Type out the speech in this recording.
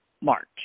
March